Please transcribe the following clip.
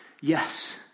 Yes